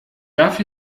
darf